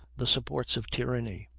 the supports of tyranny,